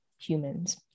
humans